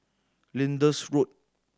Lyndhurst Road